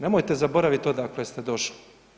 Nemojte zaboraviti odakle ste došli.